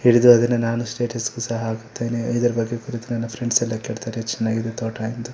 ಹಿಡಿದು ಅದನ್ನು ನಾನು ಸ್ಟೇಟಸ್ಗೂ ಸಹ ಹಾಕುತ್ತೇನೆ ಇದರ ಬಗ್ಗೆ ಕುರಿತು ನನ್ನ ಫ್ರೆಂಡ್ಸ್ ಎಲ್ಲ ಕೇಳ್ತಾರೆ ಚೆನ್ನಾಗಿ ಇದೆ ತೋಟ ಎಂದು